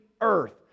earth